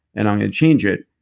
and i'm gonna change it.